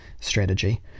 strategy